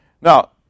Now